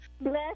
bless